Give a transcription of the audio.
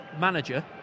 manager